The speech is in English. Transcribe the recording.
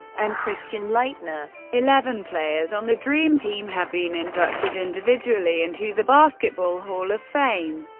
and christian laettner. eleven players on the dream team have been inducted individually into the basketball hall of fame.